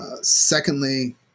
Secondly